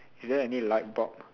is there any light bulb